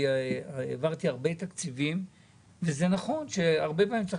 אני העברתי הרבה תקציבים וזה נכון שהרבה פעמים צריך